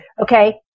Okay